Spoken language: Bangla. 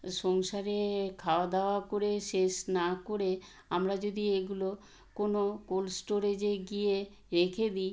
সংসারে খাওয়া দাওয়া করে শেষ না করে আমরা যদি এগুলো কোনো কোল্ড স্টোরেজে গিয়ে রেখে দিই